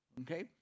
okay